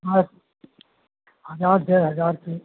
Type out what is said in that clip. हाँ हजार डेढ़ हजार के